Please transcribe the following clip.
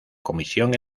comisión